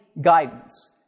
guidance